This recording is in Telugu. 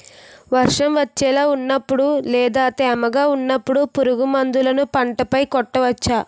వర్షం వచ్చేలా వున్నపుడు లేదా తేమగా వున్నపుడు పురుగు మందులను పంట పై కొట్టవచ్చ?